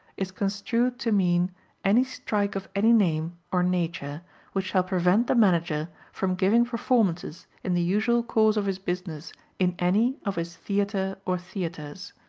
is construed to mean any strike of any name or nature which shall prevent the manager from giving performances in the usual course of his business in any of his theatre or theatres.